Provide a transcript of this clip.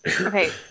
Okay